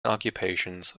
occupations